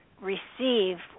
receive